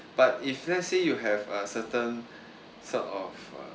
but if let's say you have uh certain sort of uh